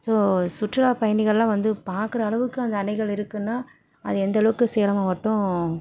so சுற்றுலா பயணிகளெலாம் வந்து பார்க்குற அளவுக்கு அந்த அணைகள் இருக்குதுன்னா அது எந்த அளவுக்கு சேலம் மாவட்டம்